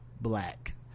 black